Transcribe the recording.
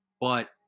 but-